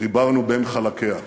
חיברנו בין חלקיה.